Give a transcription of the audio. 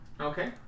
Okay